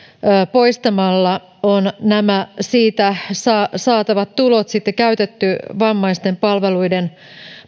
poistamalla on siitä saatavat tulot sitten käytetty vammaisten palveluiden